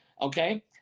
okay